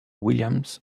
williams